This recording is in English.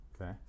okay